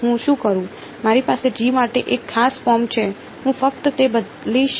મારી પાસે G માટે એક ખાસ ફોર્મ છે હું ફક્ત તે બદલીશ